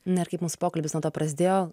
na ir kaip mūsų pokalbis nuo to prasidėjo